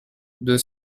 deux